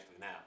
now